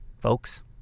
folks